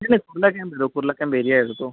नाही कुर्ला कॅम्प येतो Kurla camp area येतो तो